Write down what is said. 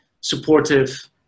supportive